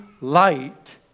light